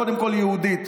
קודם כול, היא יהודית.